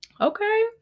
Okay